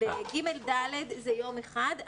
ב-ג' ד' זה יום אחד,